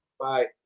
Bye